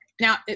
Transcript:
Now